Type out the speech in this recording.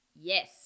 Yes